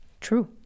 true